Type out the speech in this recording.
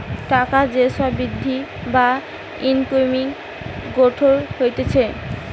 টাকার যে সব বৃদ্ধি বা ইকোনমিক গ্রোথ হতিছে